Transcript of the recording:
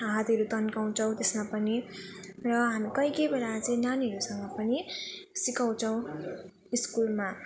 हातहरू तन्काउँछौँ त्यसमा पनि र हामी कोही कोही बेला चाहिँ नानीहरूसँग पनि सिकाउँछौँ स्कुलमा